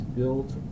built